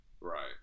Right